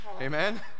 Amen